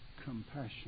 compassion